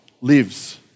lives